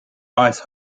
ice